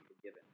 forgiven